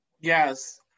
yes